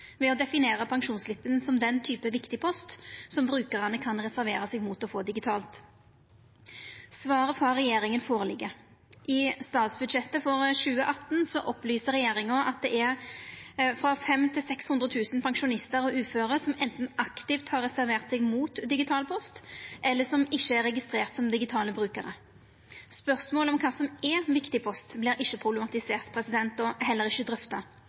å definera pensjonsslippen som den typen viktig post som brukarane kan reservera seg mot å få digitalt. Svaret frå regjeringa ligg føre. I statsbudsjettet for 2018 opplyser regjeringa at det er frå 500 000 til 600 000 pensjonistar og uføre som enten aktivt har reservert seg mot digital post, eller som ikkje er registrerte som digitale brukarar. Spørsmålet om kva som er viktig post, vert ikkje problematisert og heller ikkje drøfta.